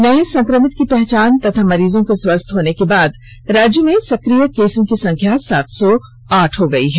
नए संक्रमित की पहचान तथा मरीजों के स्वस्थ होने के बाद राज्य में सक्रिय केसों की संख्या सात सौ आठ हो गई है